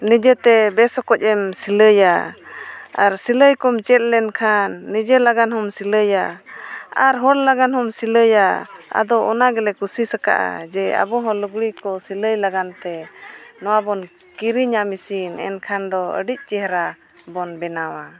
ᱱᱤᱡᱮᱛᱮ ᱵᱮᱥ ᱚᱠᱚᱡ ᱮᱢ ᱥᱤᱞᱟᱹᱭᱟ ᱟᱨ ᱥᱤᱞᱟᱹᱭ ᱠᱚᱢ ᱪᱮᱫ ᱞᱮᱱᱠᱷᱟᱱ ᱱᱤᱡᱮ ᱞᱟᱹᱜᱤᱫ ᱦᱚᱸᱢ ᱥᱤᱞᱟᱹᱭᱟ ᱟᱨ ᱦᱚᱲ ᱞᱟᱹᱜᱤᱫ ᱦᱚᱸᱢ ᱥᱤᱞᱟᱹᱭᱟ ᱟᱫᱚ ᱚᱱᱟ ᱜᱮᱞᱮ ᱠᱳᱥᱤᱥ ᱟᱠᱟᱫᱼᱟ ᱡᱮ ᱟᱵᱚ ᱦᱚᱸ ᱞᱩᱜᱽᱲᱤᱡ ᱠᱚ ᱥᱤᱞᱟᱹᱭ ᱞᱟᱹᱜᱤᱫ ᱛᱮ ᱱᱚᱣᱟ ᱵᱚᱱ ᱠᱤᱨᱤᱧᱟ ᱢᱮᱹᱥᱤᱱ ᱮᱱᱠᱷᱟᱱ ᱫᱚ ᱟᱹᱰᱤ ᱪᱮᱦᱨᱟ ᱵᱚᱱ ᱵᱮᱱᱟᱣᱟ